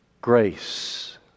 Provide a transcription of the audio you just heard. grace